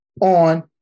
on